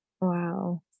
wow